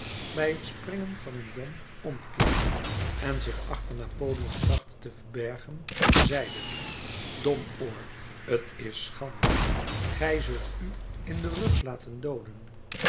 bij het springen van een bom omkeerde en zich achter napoleon trachtte te verbergen zeide domoor t is schande gij zult u in den rug laten dooden